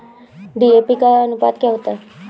DAP का अनुपात क्या होता है?